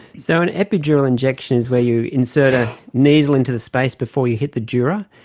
so an epidural injection is where you insert a needle into the space before you hit the dura.